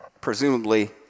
Presumably